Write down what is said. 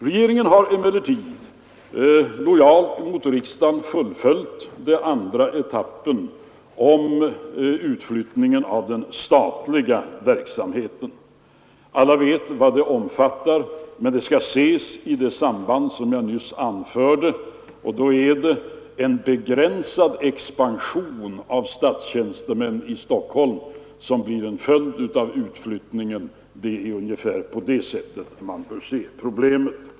Regeringen har emellertid lojalt mot riksdagen fullföljt planeringen av den andra etappen av utflyttningen av den statliga verksamheten. Alla vet vad etapp 2 omfattar, men den skall ses i det samband som jag nyss anförde. Det är alltså en begränsning av expansionen av antalet statstjänstemän i Stockholm som blir en följd av utflyttningen. På det sättet bör man se problemen.